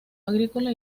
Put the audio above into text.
agrícola